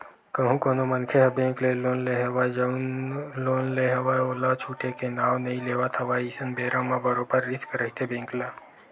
कहूँ कोनो मनखे ह बेंक ले लोन ले हवय अउ जउन लोन ले हवय ओला छूटे के नांव नइ लेवत हवय अइसन बेरा म बरोबर रिस्क रहिथे बेंक ल